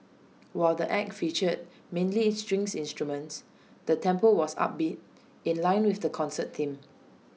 while the act featured mainly string instruments the tempo was upbeat in line with the concert theme